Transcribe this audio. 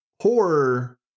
Horror